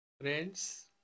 Friends